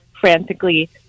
frantically